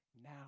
now